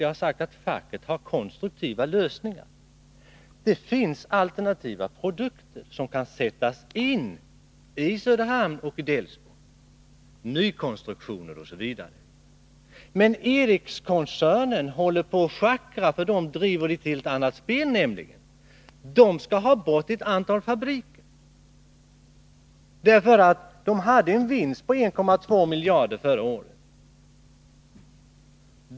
Jag har sagt att facket har konstruktiva lösningar. Det finns alternativa produkter som kan sättas in i Söderhamn och Delsbo, nykonstruktioner osv. Men L M Ericssonkoncernen håller på att schackra, för de driver nämligen ett helt annat spel. De skall ha bort ett antal fabriker. De gjorde en vinst på 1,2 miljarder förra året.